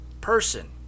person